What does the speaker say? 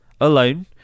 alone